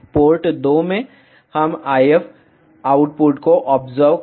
port 2 में हम IF output को ऑब्जर्व करते हैं ओके